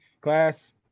class